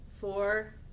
four